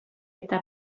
eta